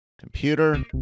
computer